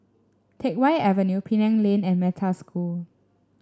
Teck Whye Avenue Penang Lane and Metta School